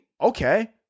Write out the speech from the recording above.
Okay